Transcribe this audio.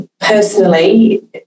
personally